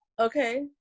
okay